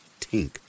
tink